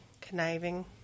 conniving